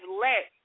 let